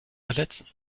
verletzen